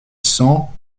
cent